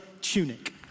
tunic